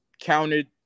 counted